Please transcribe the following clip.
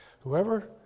Whoever